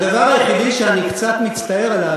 הדבר היחידי שאני קצת מצטער עליו,